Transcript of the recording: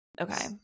Okay